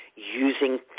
using